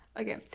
okay